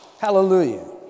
hallelujah